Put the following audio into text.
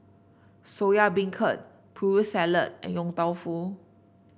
Soya Beancurd Putri Salad and Yong Tau Foo